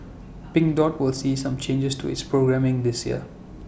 pink dot will see some changes to its programming this year